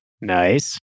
Nice